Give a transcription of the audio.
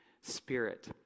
Spirit